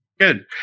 Good